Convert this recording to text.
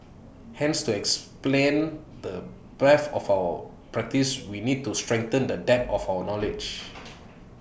hence to explained the breadth of our practice we need to strengthen the depth of our knowledge